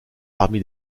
parmi